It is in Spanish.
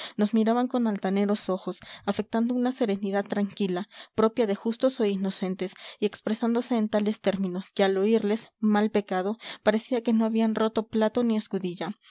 nos miraban con altaneros ojos afectando una serenidad tranquila propia de justos o inocentes y expresándose en tales términos que al oírles mal pecado parecía que no habían roto plato ni escudilla